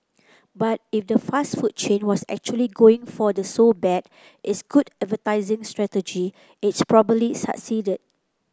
but if the fast food chain was actually going for the so bad it's good advertising strategy it probably succeeded